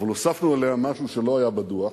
אבל הוספנו עליה משהו שלא היה בדוח,